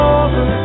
Over